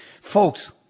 Folks